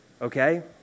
Okay